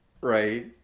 Right